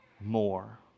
more